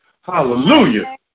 Hallelujah